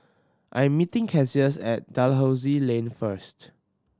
I'm meeting Cassius at Dalhousie Lane first